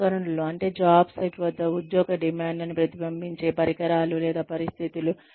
అనుకరణలు అంటే job site వద్ద ఉద్యోగ డిమాండ్లను ప్రతిబింబించే పరికరాలు లేదా పరిస్థితులు